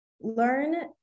learn